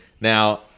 now